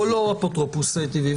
או אפוטרופוס לא טבעי.